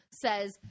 Says